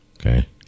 okay